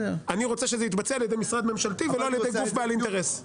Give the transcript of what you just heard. אני רוצה שזה יתבצע על ידי משרד ממשלתי ולא על ידי גוף בעל אינטרס.